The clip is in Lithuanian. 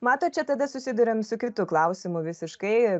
matot čia tada susiduriam su kitu klausimu visiškai